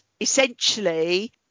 essentially